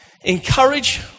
Encourage